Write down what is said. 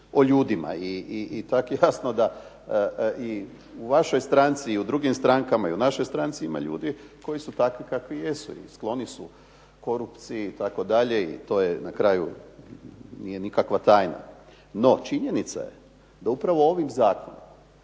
o ljudima i tako je jasno da i u vašoj stranci i u drugim strankama i u našoj stranci ima ljudi koji su takvi kakvi jesu i skloni su korupciji itd. i to je na kraju nije nikakva tajna. No, činjenica je da upravo ovim zakonom